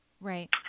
right